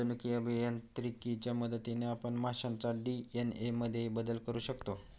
जनुकीय अभियांत्रिकीच्या मदतीने आपण माशांच्या डी.एन.ए मध्येही बदल करू शकतो